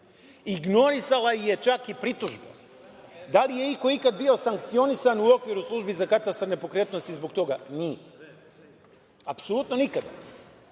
ignorisala je čak i pritužbe. Da li je iko ikada bio sankcionisan u okviru službi za katastar nepokretnosti zbog toga? Nije, apsolutno nikada. Sa